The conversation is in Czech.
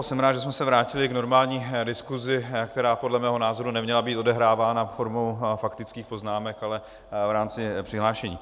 Jsem rád, že jsme se vrátili k normální diskusi, která podle mého názoru neměla být odehrávána formou faktických poznámek, ale v rámci přihlášení.